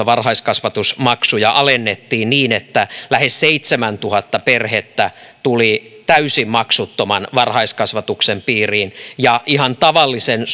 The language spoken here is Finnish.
varhaiskasvatusmaksuja alennettiin niin että lähes seitsemäntuhatta perhettä tuli täysin maksuttoman varhaiskasvatuksen piiriin ja ihan tavallisen